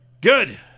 Good